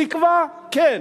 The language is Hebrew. תקווה, כן.